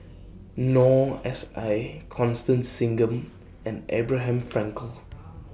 Noor S I Constance Singam and Abraham Frankel